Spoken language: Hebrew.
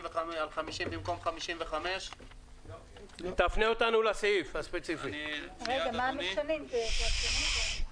במקום 55. סעיף 8(4)(ג) אנחנו משאירים 55. בסעיף 8(4)(1)